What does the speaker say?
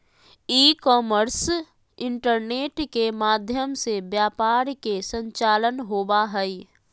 ई commerce internet के माध्यम से व्यापार के संचालन होबा हइ